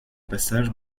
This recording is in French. passage